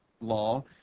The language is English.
law